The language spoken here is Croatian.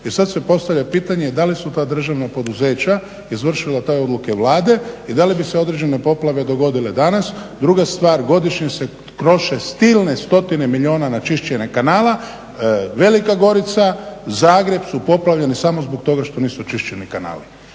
i sad se postavlja pitanje da li su ta državna poduzeća izvršila te odluke Vlade i da li bi se određene poplave dogodile danas. Druga stvar, godišnje se troše silne, stotine milijuna na čišćenje kanala, Velika Gorica, Zagreb su poplavljeni samo zbog toga što nisu očišćeni kanali